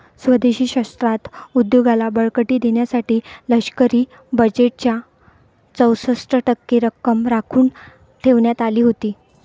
स्वदेशी शस्त्रास्त्र उद्योगाला बळकटी देण्यासाठी लष्करी बजेटच्या चौसष्ट टक्के रक्कम राखून ठेवण्यात आली होती